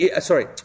Sorry